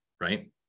right